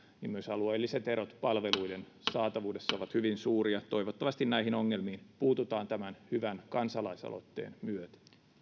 myös alueelliset erot palveluiden saatavuudessa ovat hyvin suuria toivottavasti näihin ongelmiin puututaan tämän hyvän kansalaisaloitteen myötä